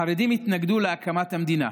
החרדים התנגדו להקמת המדינה.